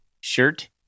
shirt